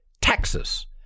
Texas